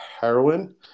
heroin